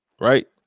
Right